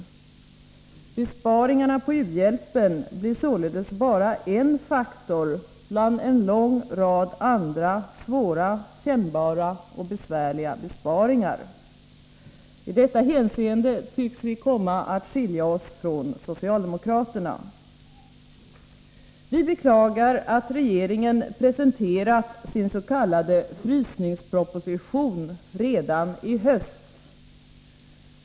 Besparingarna på u-hjälpen blir således bara en faktor bland en lång rad andra svåra, kännbara och besvärliga besparingar. I detta hänseende tycks vi komma att skilja oss från socialdemokraterna. Vi beklagar att regeringen presenterat sin s.k. frysningsproposition redan i höst.